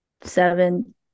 seven